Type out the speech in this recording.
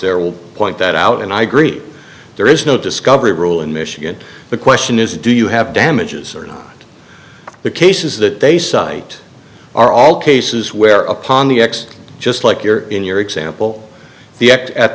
there will point that out and i agree there is no discovery rule in michigan the question is do you have damages or not the cases that they cite are all cases where upon the x just like your in your example the act at